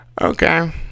Okay